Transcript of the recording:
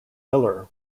miller